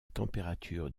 température